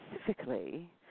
specifically